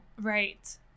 Right